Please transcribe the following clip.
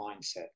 mindset